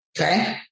Okay